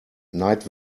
night